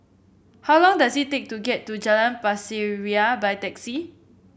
how long does it take to get to Jalan Pasir Ria by taxi